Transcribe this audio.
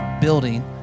building